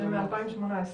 התקנות מ-2018.